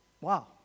Wow